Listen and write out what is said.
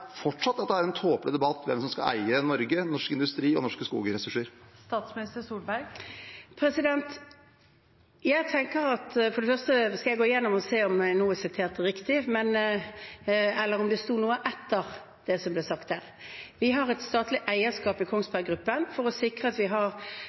fortsatt at debatten om hvem som skal eie Norge, norsk industri og norske skogressurser, er en tåpelig debatt? Jeg tenker at for det første skal jeg gå igjennom og se om jeg nå er sitert riktig, eller om det sto noe etter det som ble sagt der. Vi har et statlig eierskap i